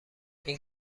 این